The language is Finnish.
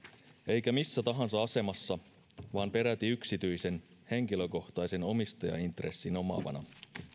eikä missä tahansa asemassa vaan peräti yksityisen henkilökohtaisen omistajaintressin omaavana